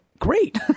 great